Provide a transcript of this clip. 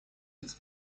этот